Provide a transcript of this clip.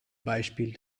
beispiel